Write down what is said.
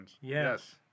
Yes